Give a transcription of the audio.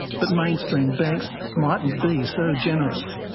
but mainstream banks mightn't be so generous.